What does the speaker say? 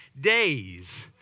days